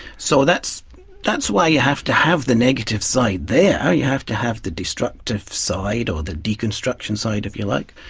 so that's that's why you have to have the negative side there, you have to have the destructive side or the deconstruction side if you like,